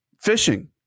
Fishing